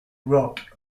rock